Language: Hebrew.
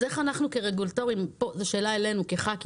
אז איך אנחנו כרגולטורים -- זאת שאלה אלינו חברי הכנסת,